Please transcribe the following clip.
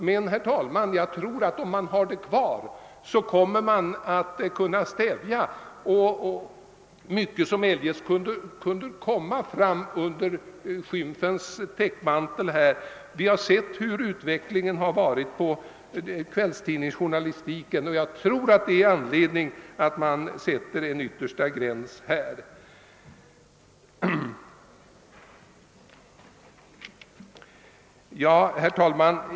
Men, herr talman, jag tror att man, om man behåller det, kommer att kunna stävja mycket som eljest kunde få utlopp under skymfens täckmantel. Vi har sett hurudan utvecklingen har varit inom kvällstidningsjournalistiken. Jag tror det finns anledning att här sätta upp en vttersta gräns. Herr talman!